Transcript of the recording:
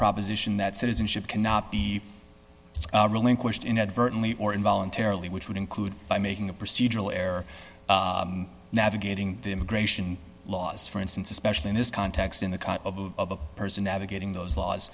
proposition that citizenship cannot be relinquished inadvertently or in voluntarily which would include by making a procedural error navigating the immigration laws for instance especially in this context in the cause of the person navigating those laws